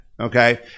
okay